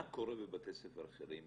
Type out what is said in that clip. מה קורה בבתי ספר אחרים,